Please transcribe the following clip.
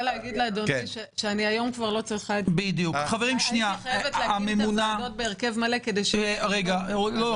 הייתי חייבת להקים את הוועדות בהרכב מלא בשביל התוקף.